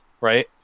right